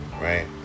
right